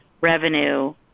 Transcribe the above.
revenue